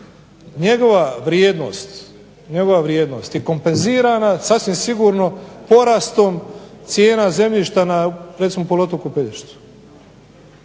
njegova vrijednost je kompenzirana sasvim sigurno porastom cijena zemljišta na recimo